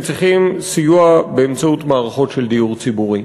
צריכים סיוע באמצעות מערכות של דיור ציבורי.